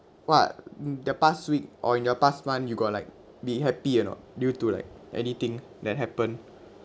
what the past week or in your past month you got like be happy or not due to like anything that happen